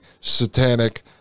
satanic